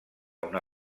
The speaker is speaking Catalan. una